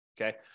Okay